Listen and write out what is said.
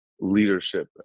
leadership